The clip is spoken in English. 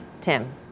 Tim